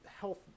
health